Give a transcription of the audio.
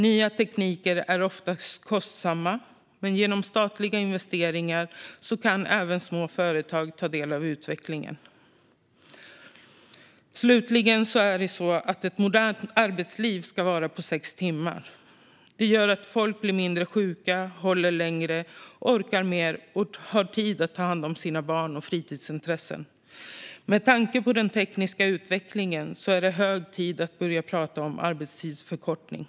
Nya tekniker är ofta kostsamma, men genom statliga investeringar kan även små företag ta del av utvecklingen. Slutligen: En modern arbetsdag ska vara sex timmar. Det gör att folk blir mindre sjuka, håller längre, orkar mer och har tid att ta hand om sina barn och utöva sina fritidsintressen. Med tanke på den tekniska utvecklingen är det hög tid att börja tala om arbetstidsförkortning.